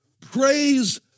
praise